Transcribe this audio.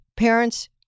Parents